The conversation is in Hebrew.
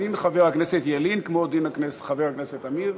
ודין חבר הכנסת ילין כמו דין חבר הכנסת עמיר.